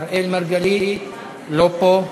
אראל מרגלית, לא פה,